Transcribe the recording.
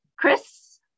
Chris